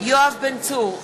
יואב בן צור,